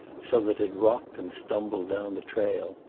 so that it rocked and stumbled down the trail.